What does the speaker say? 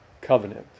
covenant